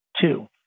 two